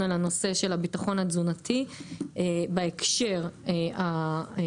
על הנושא של הביטחון התזונתי בהקשר המדיני-ביטחוני,